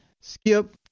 skip